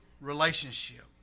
relationship